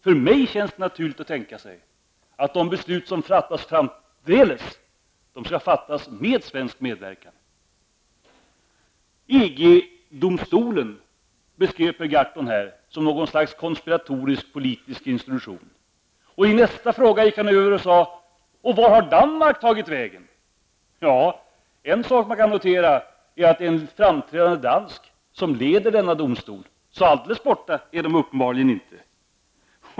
För mig känns det naturligt att tänka att de beslut som fattas framdeles skall fattas med svensk medverkan. Per Gahrton beskrev EG-domstolen som något slags konspiratoriskt politisk institution. I nästa fråga sade han: Vart har Danmark tagit vägen? En sak man kan notera är att det är en framträdande dansk som leder denna domstol, så alldeles borta är Danmark uppenbarligen inte.